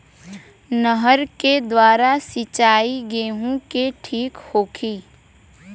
नहर के द्वारा सिंचाई गेहूँ के ठीक होखि?